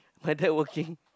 like that working